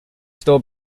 store